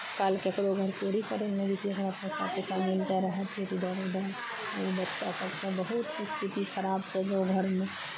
काल्हि ककरो घर चोरी करय नहि जैतियै हमरा पैसा पैसा मिलिते रहतै इधर उधर अभी बच्चा सभके बहुत स्थिति खराब छै घरमे